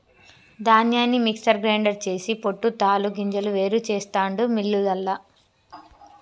ధాన్యాన్ని mixer grinder చేసి పొట్టు తాలు గింజలు వేరు చెస్తాండు మిల్లులల్ల